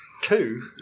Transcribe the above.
two